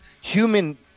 human